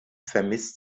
vermisst